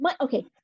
okay